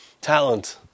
talent